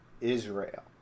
Israel